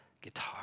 guitar